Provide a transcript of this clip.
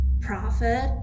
profit